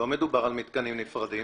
לא מדובר על מתקנים נפרדים